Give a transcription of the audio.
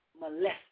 Molested